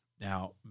Now